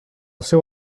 seu